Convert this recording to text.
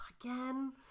Again